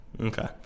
okay